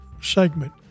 segment